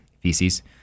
feces